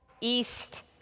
East